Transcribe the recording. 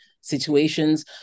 situations